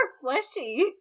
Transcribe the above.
fleshy